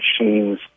Machines